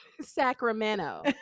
Sacramento